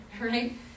right